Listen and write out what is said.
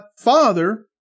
Father